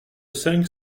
cinq